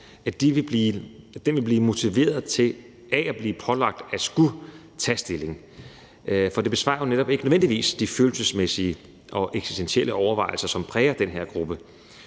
stor, vil blive motiveret af at blive pålagt at skulle tage stilling, for det besvarer ikke nødvendigvis de følelsesmæssige og eksistentielle overvejelser, som præger den her gruppe.